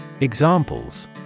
Examples